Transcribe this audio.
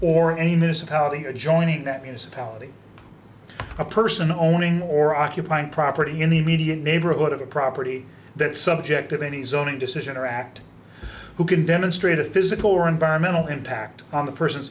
are joining that municipality a person owning or occupying property in the immediate neighborhood of a property that some object of any zoning decision or act who can demonstrate a physical or environmental impact on the person's